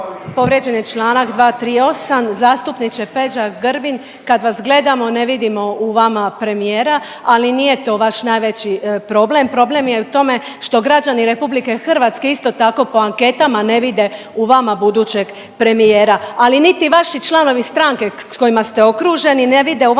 Povrijeđen je Članak 238., zastupniče Peđa Grbin kad vas gledamo ne vidimo u vama premijera, ali nije to vaš najveći problem, problem je u tome što građani RH isto tako po anketama ne vide u vama budućeg premijera, ali niti vaši članovi stranke s kojima ste okruženi ne vide u vama premijera